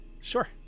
Sure